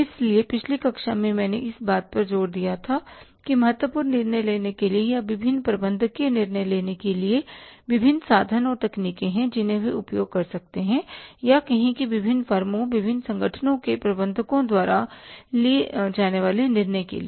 इसलिए पिछली कक्षा में मैंने इस बात पर जोर दिया था कि महत्वपूर्ण निर्णय लेने के लिए या विभिन्न प्रबंधकीय निर्णय के लिए विभिन्न साधन और तकनीकें हैं जिन्हें वे उपयोग कर सकते हैं या कहें कि विभिन्न फर्मों विभिन्न संगठनों के प्रबंधकों द्वारा लिए जाने वाले निर्णय के लिए